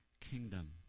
kingdom